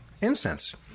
incense